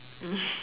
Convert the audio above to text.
mm